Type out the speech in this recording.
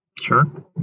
Sure